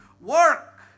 work